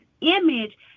image